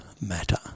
matter